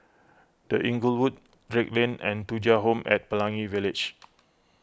the Inglewood Drake Lane and Thuja Home at Pelangi Village